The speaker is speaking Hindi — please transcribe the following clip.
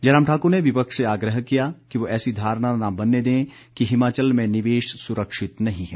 जयराम ठाकुर ने विपक्ष से आग्रह किया कि वह ऐसी धारणा न बनने दें कि हिमाचल में निवेश सुरक्षित नहीं है